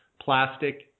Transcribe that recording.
plastic